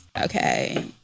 okay